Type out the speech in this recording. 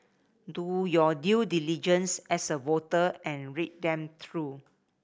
do your due diligence as a voter and read them through